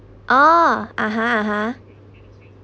oh ah ha ah ha